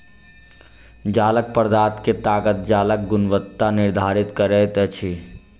जालक पदार्थ के ताकत जालक गुणवत्ता निर्धारित करैत अछि